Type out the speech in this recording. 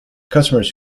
customers